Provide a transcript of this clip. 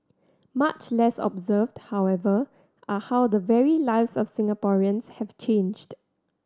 much less observed however are how the very lives of Singaporeans have changed